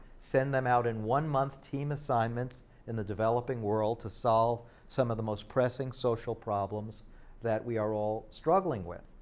send them out in one-month team assignments in the developing world to solve some of the most pressing social problems that we are all struggling with.